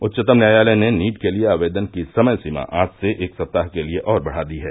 उच्चतम न्यायालय ने नीट के लिए आवेदन की समय सीमा आज से एक सप्ताह के लिए और बढ़ा दी है